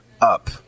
up